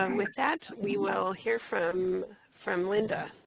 um with that, we will hear from from linda.